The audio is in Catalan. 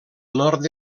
nord